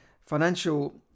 financial